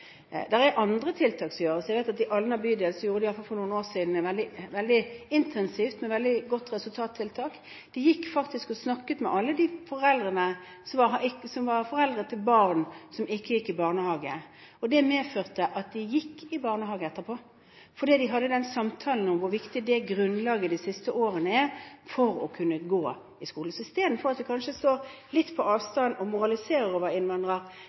er noen tiltak som gjøres. Jeg vet at i hvert fall i Alna bydel iverksatte de for noen år siden et veldig intensivt tiltak, med et veldig godt resultat: De gikk faktisk og snakket med alle dem som var foreldre til barn som ikke gikk i barnehage. Det medførte at disse barna etterpå gikk i barnehage, fordi man hadde hatt samtalen om hvor viktig de siste årene i barnehagen er som grunnlag for å kunne gå på skolen. Istedenfor at vi står litt på avstand og moraliserer over